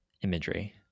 imagery